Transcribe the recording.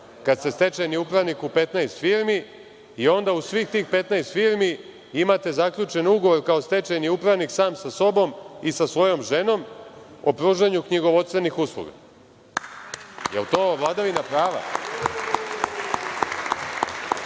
kada ste stečajni upravnik u 15 firmi i onda u svih tih 15 firmi imate zaključen ugovor kao stečajni upravnik sam sa sobom i sa svojom ženom o pružanju knjigovodstvenih usluga? Da li je to vladavina prava?